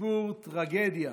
סיפור טרגדיה.